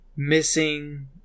missing